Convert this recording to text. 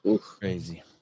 Crazy